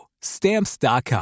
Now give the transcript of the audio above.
stamps.com